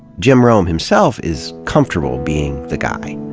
jim rome himself is comfortable being the guy.